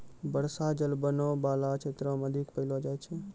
बर्षा जल बनो बाला क्षेत्र म अधिक पैलो जाय छै